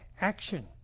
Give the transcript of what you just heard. action